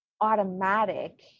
automatic